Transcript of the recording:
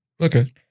Okay